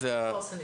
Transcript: חוסן.